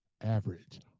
Average